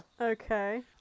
okay